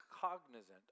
cognizant